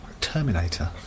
Terminator